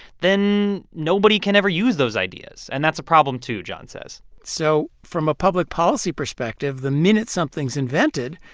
then nobody can ever use those ideas. and that's a problem, too, john says so from a public policy perspective, the minute something's invented,